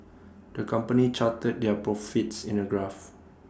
the company charted their profits in A graph